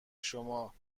شما